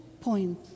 point